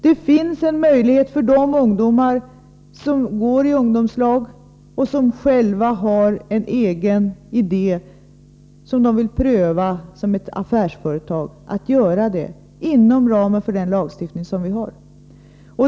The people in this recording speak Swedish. Det finns en möjlighet för de ungdomar som går i ungdomslag, och som själva har en egen idé som de vill pröva som ett affärsföretag, att göra det inom ramen för den lagstiftning som vi har.